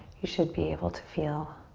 you should be able to feel